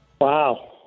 wow